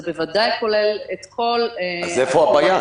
זה בוודאי כולל את כל --- אז איפה הבעיה?